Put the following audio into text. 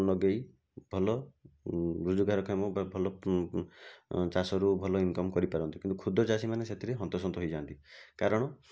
ଲଗାଇ ଭଲ ରୋଜଗାରକ୍ଷମ ବା ଭଲ ଚାଷରୁ ଭଲ ଇନକମ୍ କରିପାରନ୍ତି କିନ୍ତୁ କ୍ଷୁଦ୍ର ଚାଷୀମାନେ ସେଥିରେ ହନ୍ତ ସନ୍ତ ହୋଇଯାଆନ୍ତି କାରଣ